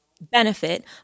benefit